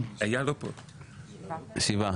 שבעה.